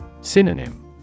Synonym